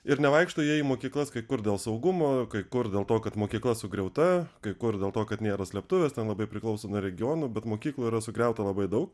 ir nevaikšto jie į mokyklas kai kur dėl saugumo kai kur dėl to kad mokykla sugriauta kai kur dėl to kad nėra slėptuvės ten labai priklauso nuo regionų bet mokyklų yra sugriauta labai daug